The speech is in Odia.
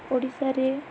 ଓଡ଼ିଶାରେ